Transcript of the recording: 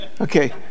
Okay